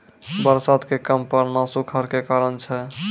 बरसात के कम पड़ना सूखाड़ के कारण छै